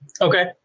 Okay